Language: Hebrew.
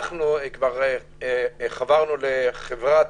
אנחנו כבר חברנו לחברה